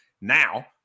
Now